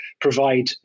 provide